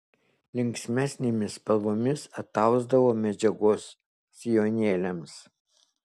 linksmesnėmis spalvomis atausdavo medžiagos sijonėliams